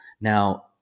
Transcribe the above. Now